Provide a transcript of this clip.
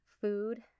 food